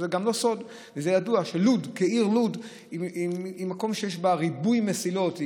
זה לא סוד וזה ידוע שלוד כעיר היא מקום שיש בו ריבוי מסילות,